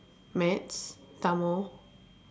maths Tamil